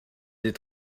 des